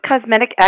cosmetic